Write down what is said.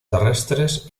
terrestres